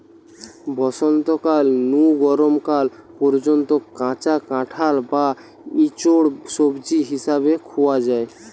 বসন্তকাল নু গরম কাল পর্যন্ত কাঁচা কাঁঠাল বা ইচোড় সবজি হিসাবে খুয়া হয়